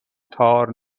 تار